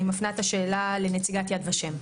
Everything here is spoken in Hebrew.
אני מפנה את השאלה לנציגת יד ושם.